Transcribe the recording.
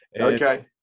Okay